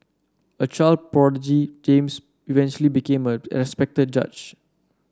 a child prodigy James eventually became a respected judge